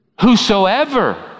whosoever